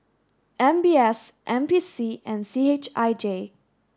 M B S N P C and C H I J